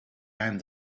and